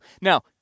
Now